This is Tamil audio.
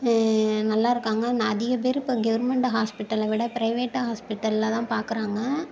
நல்லா இருக்காங்க அதிக பேர் இப்போ கவுர்மெண்டு ஹாஸ்பிட்டல விட ப்ரைவேட்டு ஹாஸ்பிட்டலில் தான் பார்க்குறாங்க